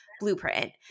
Blueprint